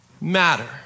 matter